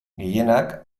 gehienak